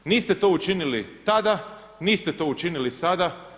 Niste to učinili tada niste to učinili sada.